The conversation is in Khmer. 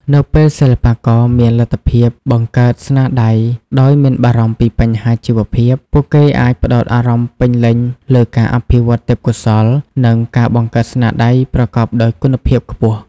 នៅពេលសិល្បករមានលទ្ធភាពបង្កើតស្នាដៃដោយមិនបារម្ភពីបញ្ហាជីវភាព ពួកគេអាចផ្តោតអារម្មណ៍ពេញលេញលើការអភិវឌ្ឍទេពកោសល្យ និងការបង្កើតស្នាដៃប្រកបដោយគុណភាពខ្ពស់។